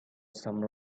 some